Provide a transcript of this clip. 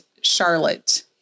charlotte